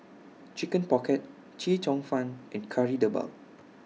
Chicken Pocket Chee Cheong Fun and Kari Debal